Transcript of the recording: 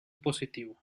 positivo